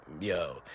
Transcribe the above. yo